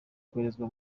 koherezwa